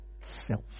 self